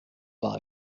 par